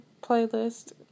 playlist